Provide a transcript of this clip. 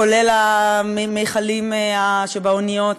כולל המכלים שבאוניות?